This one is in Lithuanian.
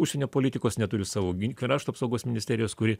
užsienio politikos neturi savo krašto apsaugos ministerijos kuri